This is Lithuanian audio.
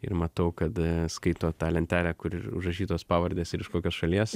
ir matau kad skaito tą lentelę kur ir užrašytos pavardės ir iš kokios šalies